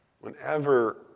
whenever